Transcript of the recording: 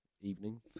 evening